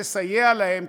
תסייע להם,